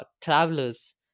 travelers